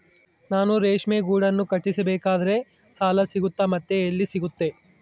ನಾನು ರೇಷ್ಮೆ ಗೂಡನ್ನು ಕಟ್ಟಿಸ್ಬೇಕಂದ್ರೆ ಸಾಲ ಸಿಗುತ್ತಾ ಮತ್ತೆ ಎಲ್ಲಿ ಸಿಗುತ್ತೆ?